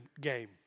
game